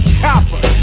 copper